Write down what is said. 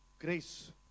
grace